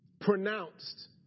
pronounced